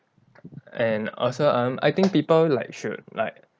and also um I think people like should like